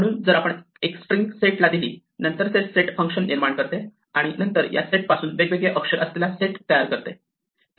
म्हणून जर आपण एक स्ट्रिंग सेटला दिली नंतर ते सेट फंक्शन निर्माण करते आणि नंतर या सेट पासून वेगवेगळे अक्षर असलेला सेट तयार करते